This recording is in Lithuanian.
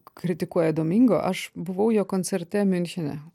kritikuoja domingo aš buvau jo koncerte miunchene